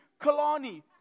Kalani